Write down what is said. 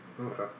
Okay